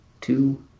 two